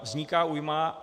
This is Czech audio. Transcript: Vzniká újma.